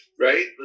Right